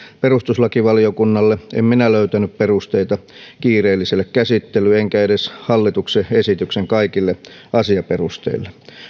perustuslakivaliokunnalle en minä löytänyt perusteita kiireelliselle käsittelylle enkä edes hallituksen esityksen kaikille asiaperusteille